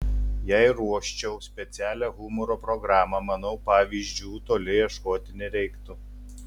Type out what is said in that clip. jei ruoščiau specialią humoro programą manau pavyzdžių toli ieškoti nereiktų